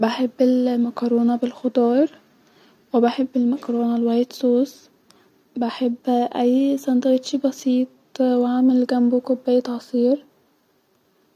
بحب المكرونه بالخضار-وبحب المكرونه الوايت صوص-بحب اي ساندوتش بسيط واعمل جمبو كوبايه عصير